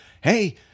hey